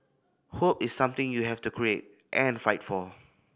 hope is something you have to create and fight for